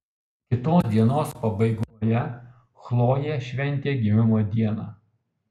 kitos dienos pabaigoje chlojė šventė gimimo dieną